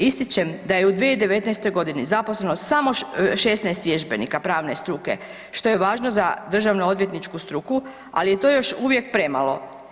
Ističem da je u 2019.g. zaposleno samo 16 vježbenika pravne struke što je važno za državno odvjetničku struku, ali je to još uvijek premalo.